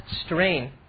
strain